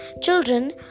Children